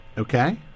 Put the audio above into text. okay